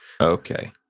Okay